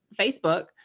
Facebook